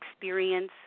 experience